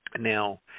Now